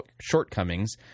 shortcomings